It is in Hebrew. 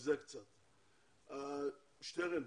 שטרן,